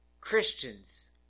Christians